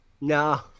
No